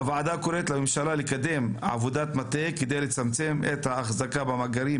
הוועדה קוראת לממשלה לקדם עבודת מטה כדי לצמצם את ההחזקה במאגרים